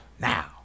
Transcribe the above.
Now